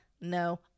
no